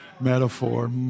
metaphor